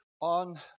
on